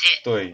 对